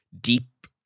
deep